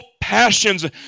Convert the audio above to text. passions